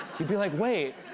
you'd be like, wait.